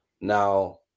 Now